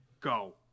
go